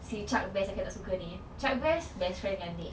si chuck bass yang kak tak suka ni chuck bass bestfriend yang nick